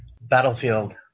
battlefield